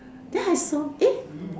then I saw eh